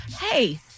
hey